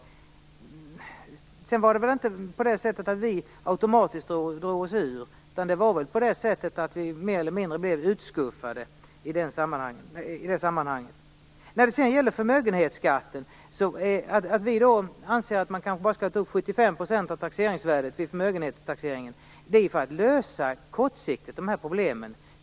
Dessutom var det inte så att vi automatiskt drog oss ur, utan vi blev väl mer eller mindre utskuffade i det sammanhanget. Så till förmögenhetsskatten. Vi anser att man kanske bara skall ta upp 75 % av taxeringsvärdet vid förmögenhetstaxeringen. På så sätt kan vi kortsiktigt lösa problemen.